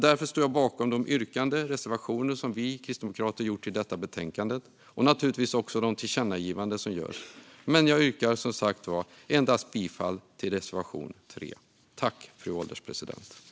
Därför står jag bakom de reservationer som vi kristdemokrater har i detta betänkande och naturligtvis också de tillkännagivanden som föreslås. Jag yrkar dock, som sagt, bifall endast till reservation 3. Ett modernare straffrättsligt skydd mot hemfridsbrott och olaga intrång